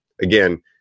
again